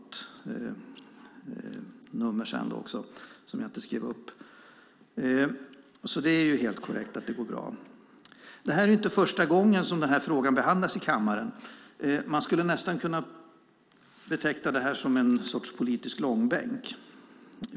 Detta är inte första gången den här frågan behandlas i kammaren. Man skulle nästan kunna beteckna detta som ett slags politisk långbänk.